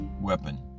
weapon